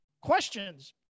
questions